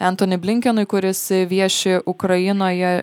etoni blinkenui kuris vieši ukrainoje